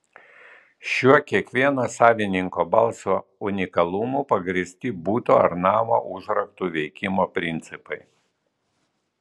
šiuo kiekvieno savininko balso unikalumu pagrįsti buto ar namo užraktų veikimo principai